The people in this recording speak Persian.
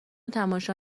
تماشا